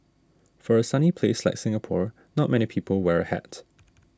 for a sunny place like Singapore not many people wear hat